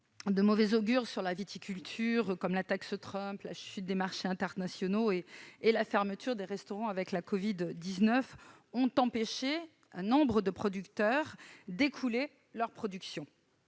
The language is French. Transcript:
de mauvais augure sur la viticulture, comme la taxe Trump, la chute des marchés internationaux et la fermeture des restaurants à cause de l'épidémie de covid-19, a empêché nombre de producteurs d'écouler leur production.